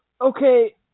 Okay